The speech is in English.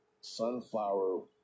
Sunflower